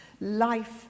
life